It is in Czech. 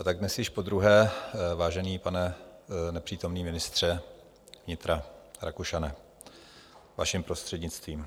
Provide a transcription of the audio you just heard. A tak dnes již podruhé, vážený pane nepřítomný ministře Víte Rakušane, vaším prostřednictvím.